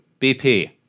BP